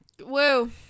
Woo